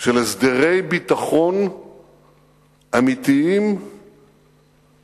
של הסדרי ביטחון אמיתיים בשטח, על הקרקע.